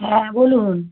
হ্যাঁ বলুন